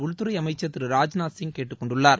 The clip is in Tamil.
உள்துறை அமைச்சர் திரு ராஜ்நாத்சிங் கேட்டுக்கொண்டுள்ளார்